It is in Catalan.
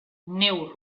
neu